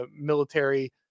military